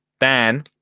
Dan